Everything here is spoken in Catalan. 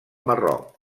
marroc